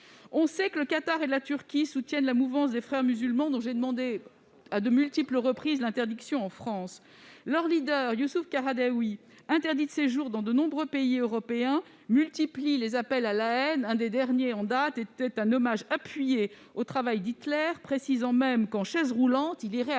On sait que le Qatar et la Turquie soutiennent la mouvance des Frères musulmans, dont j'ai demandé à de multiples reprises l'interdiction en France. Leur leader Youssef Al-Qaradawi, interdit de séjour dans de nombreux pays européens, multiplie les appels à la haine. L'un des derniers en date était un hommage appuyé au travail d'Hitler, dans lequel il précisait que, même en chaise roulante, il irait